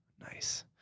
Nice